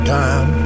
time